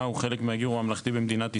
הוא חלק מהגיור הממלכתי במדינת ישראל,